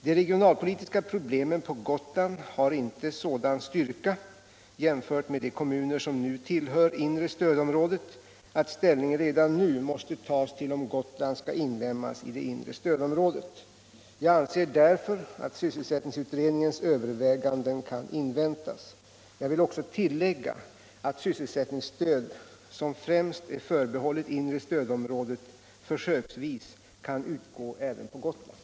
De regionalpolitiska problemen på Gotland har inte sådan styrka — jämfört med de kommuner som nu tillhör inre stödområdet — att ställning redan nu måste tas till om Gotland skall inlemmas i det inre stödområdet. Jag anser därför att sysselsättningsutredningens överväganden kan inväntas. Jag vill tillägga att sysselsättningsstöd som främst är förbehållet inre stödområdet försöksvis kan utgå även på Gotland.